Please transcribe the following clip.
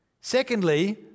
Secondly